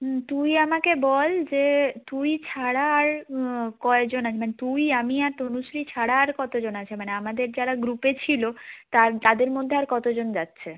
হুম তুই আমাকে বল যে তুই ছাড়া আর কত জন আছে মানে তুই আমি আর তনুশ্রী ছাড়া আর কত জন আছে মানে আমাদের যারা গ্রুপে ছিল তাদের মধ্যে আর কত জন যাচ্ছে